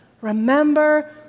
Remember